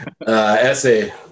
Essay